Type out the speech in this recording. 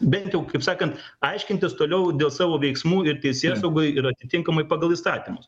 bent jau kaip sakant aiškintis toliau dėl savo veiksmų ir teisėsaugai ir atitinkamai pagal įstatymus